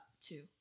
Two